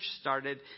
started